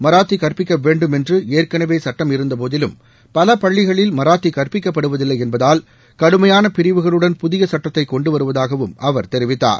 மராத்தி கற்பிக்க வேண்டும் என்று ஏற்கனவே சுட்டம் இருந்தபோதிலும் பல பள்ளிகளில் மராத்தி கற்பிக்கப்படுவதில்லை என்பதால் கடுமையான பிரிவுகளுடன் புதிய சுட்டத்தை கொண்டுவருவதாகவும் அவர் தெரிவித்தார்